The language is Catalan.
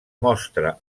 mostra